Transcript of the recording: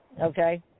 okay